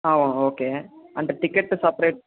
okay అంటే ticket separate